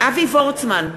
אבי וורצמן,